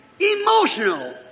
Emotional